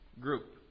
group